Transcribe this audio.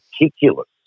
meticulous